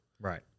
right